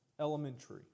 elementary